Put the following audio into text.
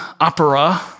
opera